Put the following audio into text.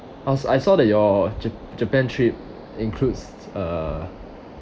cause I saw the your jap~ japan trip includes a